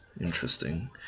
Interesting